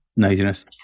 nosiness